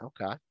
Okay